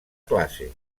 classe